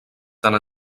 tant